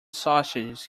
sausages